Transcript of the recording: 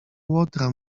łotra